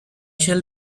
shall